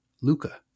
Luca